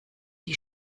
die